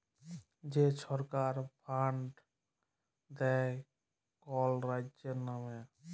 যে ছরকার ফাল্ড দেয় কল রাজ্যের লামে